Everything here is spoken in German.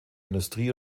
industrie